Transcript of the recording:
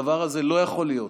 הדבר הזה לא יכול להיות.